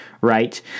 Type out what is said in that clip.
right